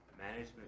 management